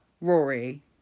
Rory